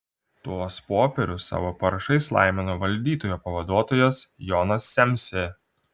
tuos popierius savo parašais laimino valdytojo pavaduotojas jonas semsė